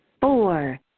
Four